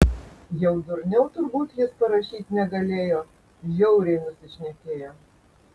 jau durniau turbūt jis parašyt negalėjo žiauriai nusišnekėjo